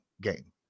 game